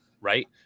right